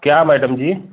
क्या मैडम जी